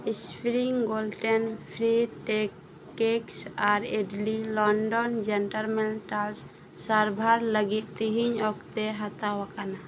spring gluten free tea cakes ᱟᱨ Yardley London gentleman talc ᱥᱟᱨᱵᱷᱟᱨ ᱞᱟᱹᱜᱤᱫ ᱛᱤᱦᱤᱧ ᱚᱠᱛᱮ ᱦᱟᱛᱟᱣ ᱟᱠᱟᱱᱟ